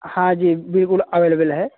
हाँ जी बिल्कुल अवेलेबल है